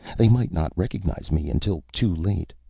they might not recognize me until too late.